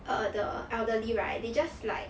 err the elderly right they just like